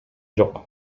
жок